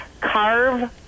carve